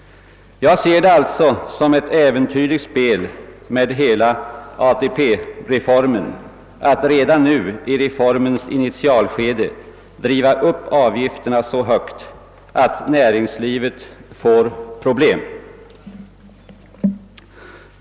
Jag ser det alltså som ett äventyrligt spel med hela. ATP-reformen att redan nu i systemets initialskede driva upp avgifterna så högt att de förorsakar problem för näringslivet.